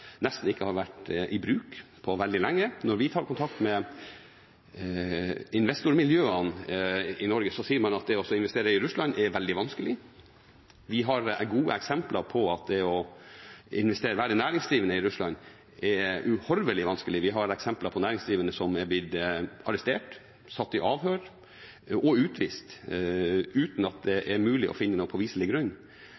nesten ikke har vært i bruk på veldig lenge. Når vi tar kontakt med investormiljøene i Norge, sier man at det å investere i Russland er veldig vanskelig. Vi har gode eksempler på at det å være næringsdrivende i Russland er uhorvelig vanskelig. Vi har eksempler på næringsdrivende som er blitt arrestert, satt i avhør og utvist uten at det er mulig å finne noen påviselig grunn. Dette er et komplisert terreng, det